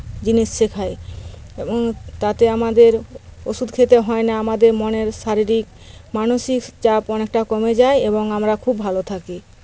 জিনিস শেখায় এবং তাতে আমাদের ওষুধ খেতে হয় না আমাদের মনের শারীরিক মানসিক চাপ অনেকটা কমে যায় এবং আমরা খুব ভালো থাকি